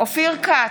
אופיר כץ,